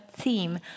theme